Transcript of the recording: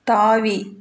தாவி